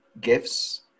gifts